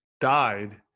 Died